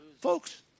folks